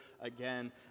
again